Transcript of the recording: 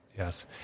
Yes